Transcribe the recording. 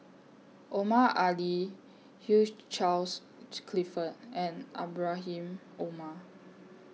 Omar Ali Hugh Charles Clifford and Ibrahim Omar